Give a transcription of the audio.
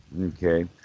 okay